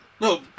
No